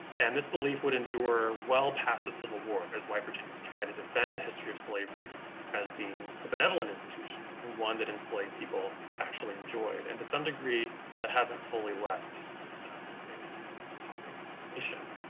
and this belief would endure well past the civil war as white virginians tried to defend the history of slavery as being a benevolent institution and one that enslaved people actually enjoy, and to some degree that hasn't fully left certain pockets of the nation.